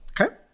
Okay